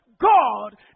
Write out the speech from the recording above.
God